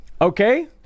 Okay